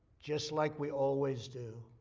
just like we always do.